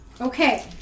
Okay